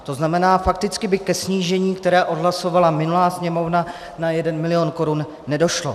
To znamená, fakticky by ke snížení, které odhlasovala minulá Sněmovna, na 1 milion korun nedošlo.